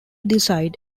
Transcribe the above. decide